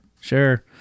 sure